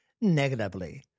negatively